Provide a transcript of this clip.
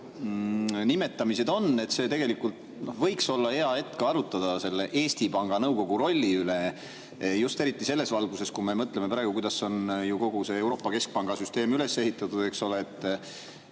nimetamised on, siis tegelikult see võiks olla hea hetk arutada Eesti Panga Nõukogu rolli üle. Just eriti selles valguses, et me mõtleme ju praegu, kuidas on kogu see Euroopa Keskpanga süsteem üles ehitatud. Kas oli ka